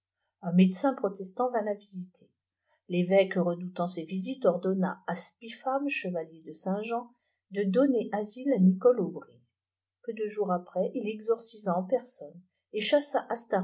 un médecin protestant vint la visiter l'évéque redoutanl ces visites ordonna à spifame chevalier de saint-jean de donner asile à nicole aubry peu de jours après il exorcisaer personne et chassa